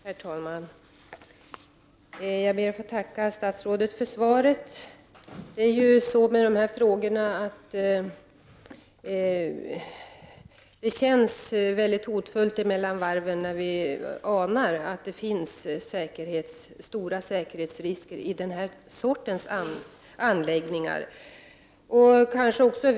Herr talman! Jag ber att få tacka statsrådet för svaret. Det känns väldigt hotfullt mellan varven när vi anar att den här sortens anläggningar innebär stora säkerhetsrisker.